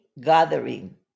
gathering